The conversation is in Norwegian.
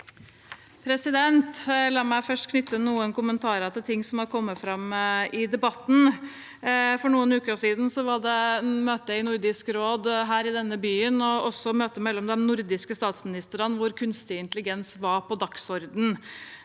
La meg først knytte noen kommentarer til ting som har kommet fram i debatten. For noen uker siden var det møte i Nordisk råd her i byen, og også møte mellom de nordiske statsministrene, hvor kunstig intelligens var på dagsordenen.